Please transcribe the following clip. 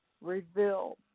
revealed